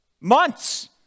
months